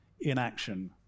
inaction